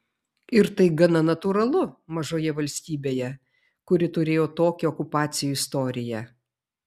ir tai gana natūralu mažoje valstybėje kuri turėjo tokią okupacijų istoriją